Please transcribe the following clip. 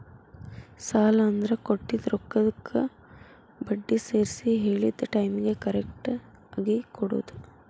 ಸಾಲ ಅಂದ್ರ ಕೊಟ್ಟಿದ್ ರೊಕ್ಕಕ್ಕ ಬಡ್ಡಿ ಸೇರ್ಸಿ ಹೇಳಿದ್ ಟೈಮಿಗಿ ಕರೆಕ್ಟಾಗಿ ಕೊಡೋದ್